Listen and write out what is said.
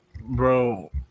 Bro